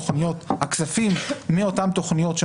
המשפטים לקבוע את הכספים מאותם סוגי תכניות,